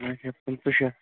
وۅنۍ آسیٛا پٍنٛژٕہ شَتھ